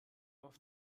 auf